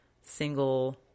single